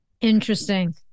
Interesting